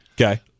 Okay